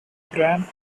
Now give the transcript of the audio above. bryan